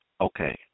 Okay